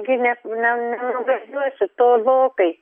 gi ne ne nenuvažiuosiu tolokai